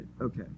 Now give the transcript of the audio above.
Okay